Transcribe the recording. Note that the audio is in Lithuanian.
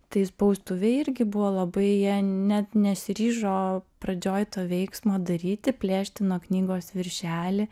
tai spaustuvei irgi buvo labai jie net nesiryžo pradžioj to veiksmo daryti plėšti nuo knygos viršelį